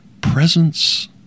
presence